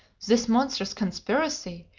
this monstrous conspiracy?